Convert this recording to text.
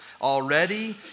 Already